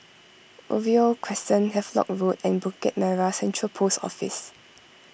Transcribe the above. Oriole Crescent Havelock Road and Bukit Merah Central Post Office